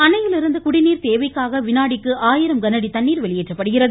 அணையிலிருந்து குடிநீர் தேவைக்காக வினாடிக்கு ஆயிரம் கனஅடி தண்ணீர் வெளியேற்றப்படுகிறது